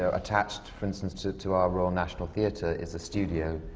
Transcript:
ah attached, for instance, to to our royal national theatre is a studio